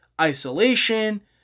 isolation